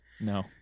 No